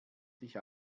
sich